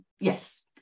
yes